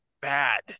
bad